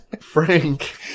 Frank